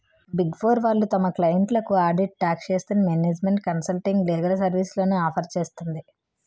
big four వాళ్ళు తమ క్లయింట్లకు audit, taxation, management consulting, legal సర్వీస్లను ఆఫర్ చేస్తుంది